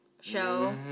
show